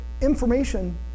information